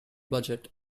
budget